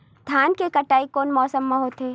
धान के कटाई कोन मौसम मा होथे?